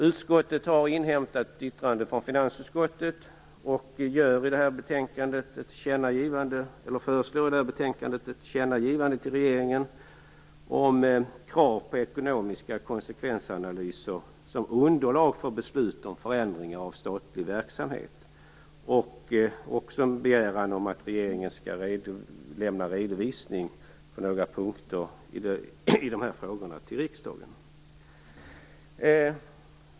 Utskottet har inhämtat yttrande från finansutskottet och föreslår i detta betänkande ett tillkännagivande till regeringen om krav på ekonomiska konsekvensanalyser som underlag för beslut om förändringar av statlig verksamhet och en begäran om att regeringen skall lämna en redovisning på några punkter i dessa frågor till riksdagen.